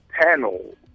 panel